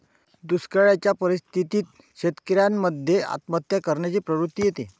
दुष्काळयाच्या परिस्थितीत शेतकऱ्यान मध्ये आत्महत्या करण्याची प्रवृत्ति येते